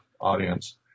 audience